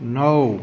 નવ